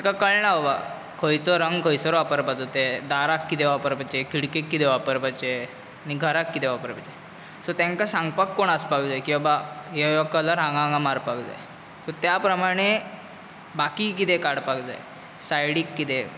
ताका कळना आबा खंयचो रंग खंयसर वापरपाचो तें दाराक कितें वापरपाचें खिडकीक कितें वापरपाचें आनी घराक कितें वापरपाचें सो तांकां सांगपाक कोण आसपाक जाय की आबा हे ह्यो कलर हांगा हांगा मारपाक जाय सो त्या प्रमाणे बाकी कितें काडपाक जाय सायडीक कितें